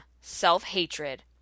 self-hatred